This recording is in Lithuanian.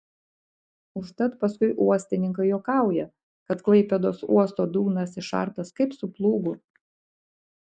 užtat paskui uostininkai juokauja kad klaipėdos uosto dugnas išartas kaip su plūgu